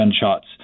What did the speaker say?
gunshots